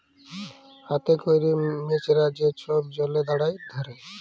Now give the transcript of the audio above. হাতে ক্যরে মেছরা যে ছব জলে দাঁড়ায় ধ্যরে